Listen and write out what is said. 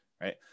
right